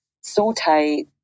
saute